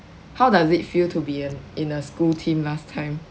how does it feel to be in a school team last time